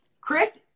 chris